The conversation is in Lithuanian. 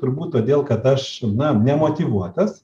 turbūt todėl kad aš na nemotyvuotas